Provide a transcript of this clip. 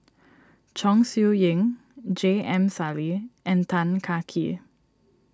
Chong Siew Ying J M Sali and Tan Kah Kee